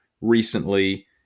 recently